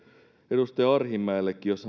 edustaja arhinmäellekin jos